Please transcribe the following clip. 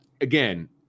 again